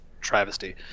travesty